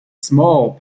small